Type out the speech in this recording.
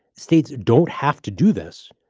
states don't have to do this,